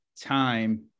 time